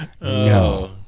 No